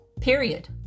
Period